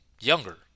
younger